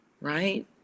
right